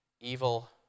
evil